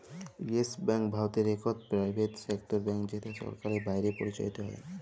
yes bank ভারতের ইকট private sector bank যেট সরকারের বাইরে পরিচালিত হ্যয়